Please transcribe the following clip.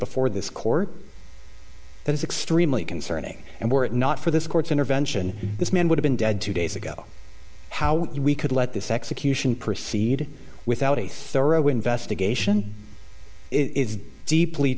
before this court that is extremely concerning and were it not for this court's intervention this man would have been dead two days ago how we could let this execution proceed without a thorough investigation is deeply